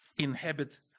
inhabit